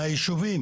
מהיישובים.